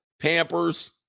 pampers